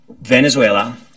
Venezuela